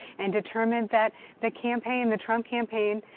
and determined that the campaign, the trump campaign,